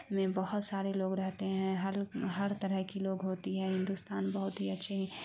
میں بہت سارے لوگ رہتے ہیں ہر ہر طرح کی لوگ ہوتی ہے ہندوستان بہت ہی اچھی